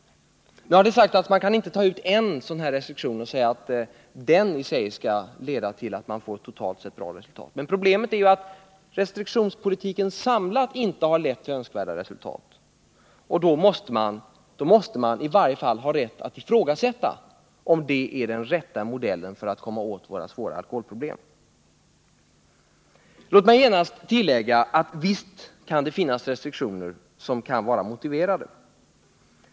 Det har sagts att man inte kan plocka ut en restriktion och säga att den i sig skall leda till att vi får totalt sett bra resultat. Men problemet är att inte heller den samlade restriktionspolitiken har lett till önskvärda resultat. Då måste man i varje fall ha rätt att ifrågasätta om restriktioner är den rätta modellen för att komma åt våra svåra alkoholproblem. Låt mig genast tillägga att det visst kan finnas restriktioner som kan vara motiverade.